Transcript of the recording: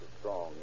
Strong